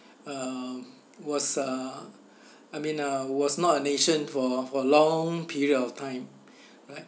uh was uh I mean uh was not a nation for for a long period of time right